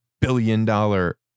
billion-dollar